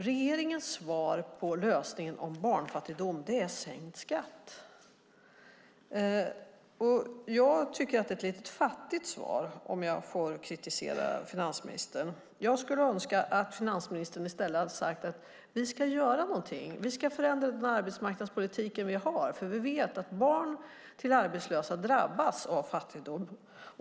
Regeringens lösning på barnfattigdomen är sänkt skatt. Det är ett lite fattigt svar, om jag får kritisera finansministern. Jag skulle önska att finansministern i stället hade sagt: Vi ska göra något. Vi ska förändra vår arbetsmarknadspolitik, för vi vet att barn till arbetslösa drabbas av fattigdom.